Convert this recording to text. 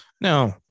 No